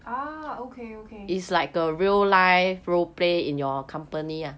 ah okay okay